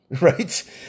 right